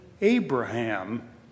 Abraham